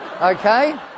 Okay